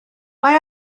mae